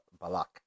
Balak